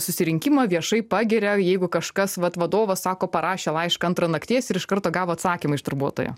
susirinkimą viešai pagiria jeigu kažkas vat vadovas sako parašė laišką antrą nakties ir iš karto gavo atsakymą iš darbuotojo